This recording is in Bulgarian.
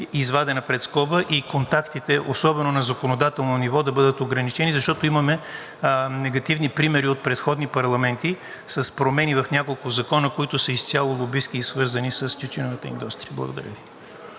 извадена пред скоба и контактите, особено на законодателно ниво, да бъдат ограничени. Защото имаме негативни примери от предходни парламенти с промени в няколко закона, които са изцяло лобистки и свързани с тютюневата индустрия. Благодаря Ви.